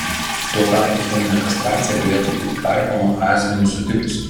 tuo tarpu cheminė kastracija galėtų būti taikoma asmeniui sutikus